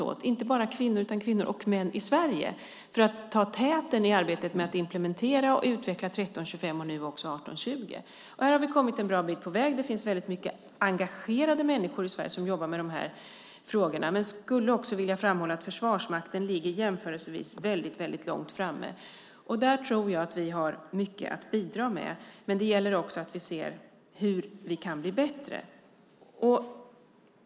Det gäller inte bara kvinnor, utan kvinnor och män, i Sverige för att ta täten i arbetet med att implementera och utveckla 1325 och nu också 1820. Här har vi kommit en bra bit på väg. Det finns många engagerade människor i Sverige som jobbar med de frågorna. Men jag skulle också vilja framhålla att Försvarsmakten ligger jämförelsevis väldigt långt framme. Jag tror att vi har mycket att bidra med där, men det gäller också att se hur vi kan bli bättre.